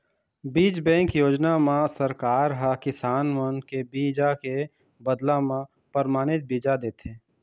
बीज बेंक योजना म सरकार ह किसान मन के बीजा के बदला म परमानित बीजा देथे